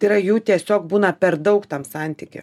tai yra jų tiesiog būna per daug tam santyky